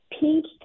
Pink